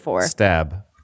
Stab